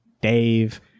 Dave